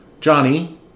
Johnny